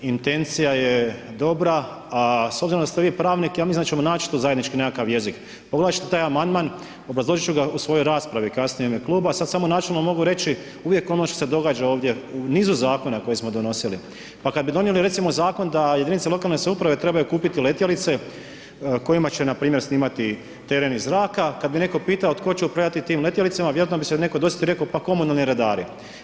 Intencija je dobra a s obzirom da ste vi pravnik, ja mislim da ćemo nać tu zajednički nekakav jezik. ... taj amandman, obrazložit ću ga u svojoj raspravi kasnije u ime kluba, sad samo načelno mogu reći, uvijek ono što se događa ovdje u nizu zakona koje smo donosili pa kad bi donijeli recimo zakon da jedinice lokalne samouprave trebaju kupiti letjelice kojima će npr. snimati teren iz zraka, kad bi netko pitao tko će upravljati tim letjelicama, vjerojatno bi se netko dosjetio i rekao pa komunalni redari.